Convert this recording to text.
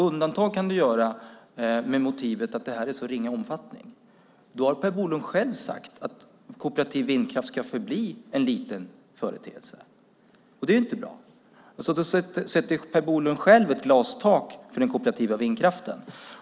Undantag kan man göra med motiveringen att omfattningen är så pass ringa. Därmed har Per Bolund själv sagt att kooperativ vindkraft ska förbli en liten företeelse, och det är inte bra. Han sätter alltså själv ett glastak för den kooperativa vindkraften.